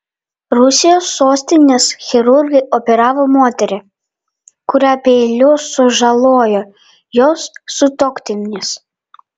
rusijos sostinės chirurgai operavo moterį kurią peiliu sužalojo jos sutuoktinis